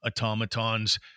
automatons